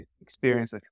experience